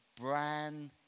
brand